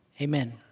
amen